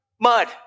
mud